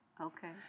Okay